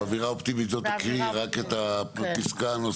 באווירה אופטימית זאת תקריאי רק את הפסקה הנוספת.